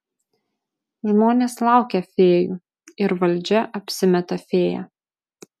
žmonės laukia fėjų ir valdžia apsimeta fėja